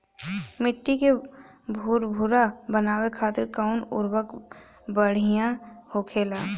मिट्टी के भूरभूरा बनावे खातिर कवन उर्वरक भड़िया होखेला?